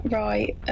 right